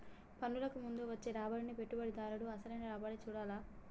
పన్నులకు ముందు వచ్చే రాబడినే పెట్టుబడిదారుడు అసలైన రాబడిగా చూడాల్ల